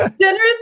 generous